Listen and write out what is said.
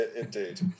indeed